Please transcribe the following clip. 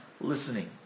listening